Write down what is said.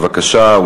בבקשה,